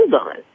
on